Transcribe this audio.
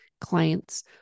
clients